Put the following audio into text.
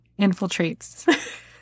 infiltrates